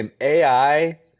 AI